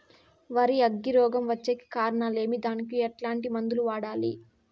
వరి అగ్గి రోగం వచ్చేకి కారణాలు ఏమి దానికి ఎట్లాంటి మందులు వాడాలి?